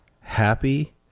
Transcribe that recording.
happy